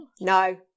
no